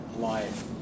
life